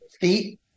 Feet